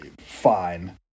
fine